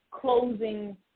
closing